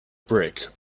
brick